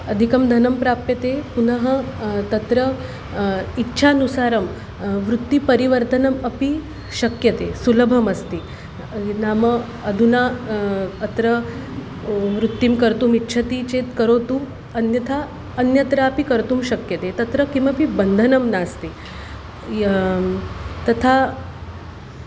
अधिकं धनं प्राप्यते पुनः तत्र इच्छानुसारं वृत्तिपरिवर्तनम् अपि शक्यते सुलभमस्ति नाम अधुना अत्र वृत्तिं कर्तुम् इच्छति चेत् करोतु अन्यथा अन्यत्रापि कर्तुं शक्यते तत्र किमपि बन्धनं नास्ति य तथा